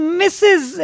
misses